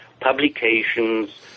publications